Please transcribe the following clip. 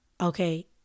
okay